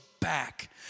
back